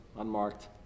unmarked